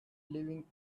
living